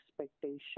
expectation